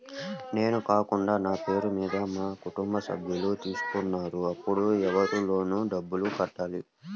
నేను కాకుండా నా పేరు మీద మా కుటుంబ సభ్యులు తీసుకున్నారు అప్పుడు ఎవరు లోన్ డబ్బులు కట్టాలి?